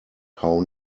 how